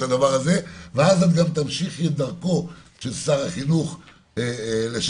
ואז גם תמשיכי את דרכו של שר החינוך לשעבר,